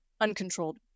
uncontrolled